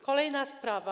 Kolejna sprawa.